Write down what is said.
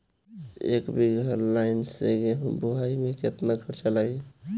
एक बीगहा लाईन से गेहूं बोआई में केतना खर्चा लागी?